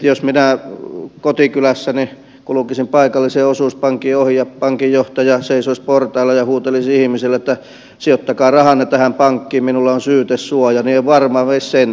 jos minä kotikylässäni kulkisin paikallisen osuuspankin ohi ja pankinjohtaja seisoisi portailla ja huutelisi ihmisille että sijoittakaa rahanne tähän pankkiin minulla on syytesuoja niin en varmaan veisi senttiäkään sinne